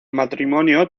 matrimonio